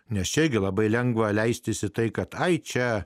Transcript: nes čia gi labai lengva leistis į tai kad tai čia